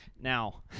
now